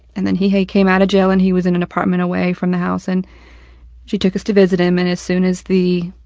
and then he he came out of jail and he was in an apartment away from the house and she took us to visit him. and as soon as the,